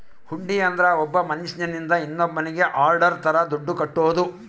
ಹುಂಡಿ ಅಂದ್ರ ಒಬ್ಬ ಮನ್ಶ್ಯನಿಂದ ಇನ್ನೋನ್ನಿಗೆ ಆರ್ಡರ್ ತರ ದುಡ್ಡು ಕಟ್ಟೋದು